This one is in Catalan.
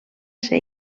ser